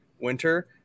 winter